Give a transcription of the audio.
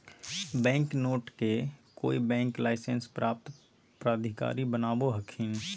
bank note के कोय bank licence प्राप्त प्राधिकारी बनावो हखिन